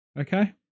Okay